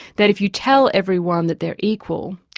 that, if you tell everyone that they're equal,